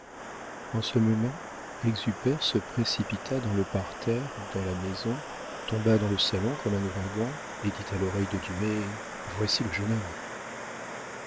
en ce moment exupère se précipita dans le parterre dans la maison tomba dans le salon comme un ouragan et dit à l'oreille de dumay voici le jeune homme